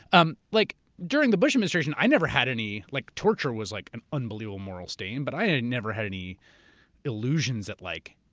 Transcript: um like during the bush administration, i never had any, like torture was like an unbelievable moral stain, but i had never had any illusions at like,